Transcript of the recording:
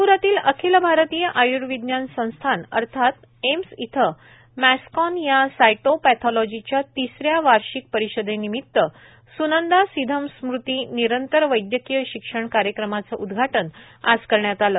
नागप्रातील अखिल भारतीय आय्र्विज्ञान संस्थान अर्थात एम्स येथे मसकॉन या सायटो पक्षॉलॉजीच्या तिसऱ्या वार्षिक परिषदेनिमित्त स्नंदा सिधम स्मृती निरंतर वैद्यकीय शिक्षण कार्यक्रमाचे उद्घाटन आज झाले